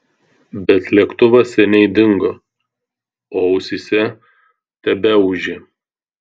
bet lėktuvas seniai dingo o ausyse tebeūžė